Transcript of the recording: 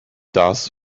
does